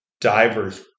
divers